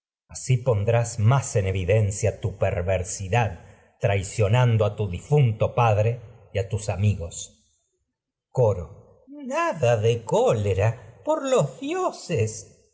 asi pondrás más en evidencia tu perversidad traicionando a tu difunto padre y a tus amigos por coro nada de se cólera los dioses